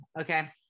Okay